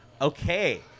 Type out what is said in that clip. Okay